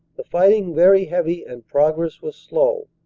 the fighting very heavy and progress was slo